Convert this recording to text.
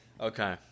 Okay